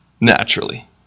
Naturally